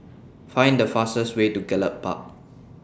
Find The fastest Way to Gallop Park